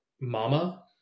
mama